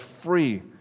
free